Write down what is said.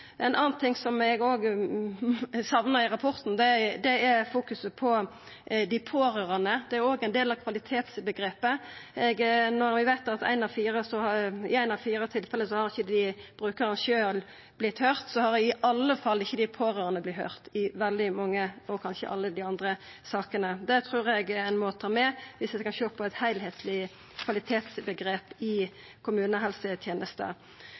som eg òg saknar i rapporten, er fokus på dei pårørande. Det er òg ein del av kvalitetsomgrepet. Når vi veit at i eitt av fire tilfelle har ikkje brukaren sjølv vorte høyrd, har i alle fall ikkje dei pårørande vorte høyrde i veldig mange av – og kanskje alle– sakene. Det trur eg ein må ta med om ein skal sjå på eit heilskapleg kvalitetsomgrep i kommunehelsetenesta.